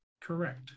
Correct